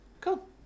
Cool